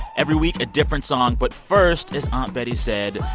every week a different song. but first, as aunt betty said,